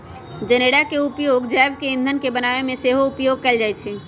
जनेरा के उपयोग जैव ईंधन के बनाबे में सेहो उपयोग कएल जाइ छइ